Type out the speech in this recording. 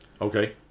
Okay